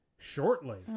shortly